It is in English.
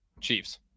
Chiefs